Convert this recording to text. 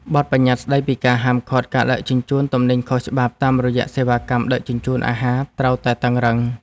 បទប្បញ្ញត្តិស្ដីពីការហាមឃាត់ការដឹកជញ្ជូនទំនិញខុសច្បាប់តាមរយៈសេវាកម្មដឹកជញ្ជូនអាហារត្រូវតែតឹងរ៉ឹង។